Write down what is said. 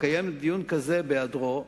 לקיים דיון כזה בהיעדרו,